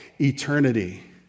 eternity